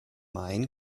main